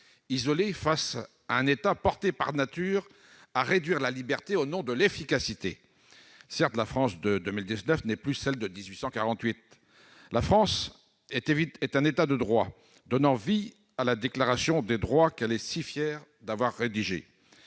isolés, face à un État porté par nature à réduire la liberté au nom de l'efficacité. Certes, la France de 2019 n'est plus celle de 1848. La France est évidemment un État de droit, donnant vie à la Déclaration des droits de l'homme et du citoyen qu'elle est si fière d'avoir rédigée.